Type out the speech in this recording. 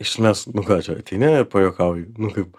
iš esmės nu ką čia ateini pajuokauji kaip